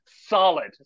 solid